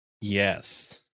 Yes